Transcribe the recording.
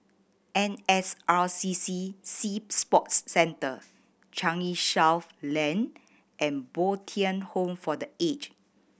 N S R C C Sea Sports Centre Changi South Lane and Bo Tien Home for The Aged